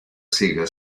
sega